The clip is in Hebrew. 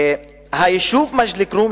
היישוב מג'ד-אל-כרום,